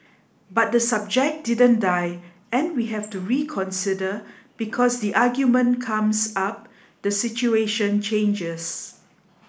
but the subject didn't die and we have to reconsider because the argument comes up the situation changes